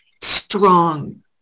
strong